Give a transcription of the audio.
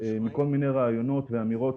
מכל מיני רעיונות ואמירות